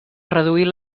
reduir